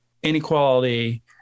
Inequality